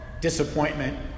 disappointment